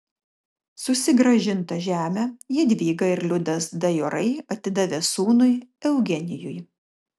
susigrąžintą žemę jadvyga ir liudas dajorai atidavė sūnui eugenijui